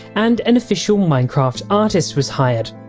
and an official minecraft artist was hired.